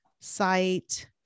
site